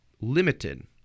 limited